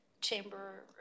Chamber